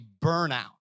burnout